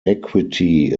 equity